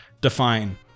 define